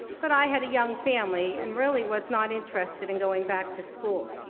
but i had a young family and really was not interested in going back to school.